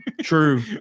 True